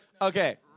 Okay